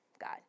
God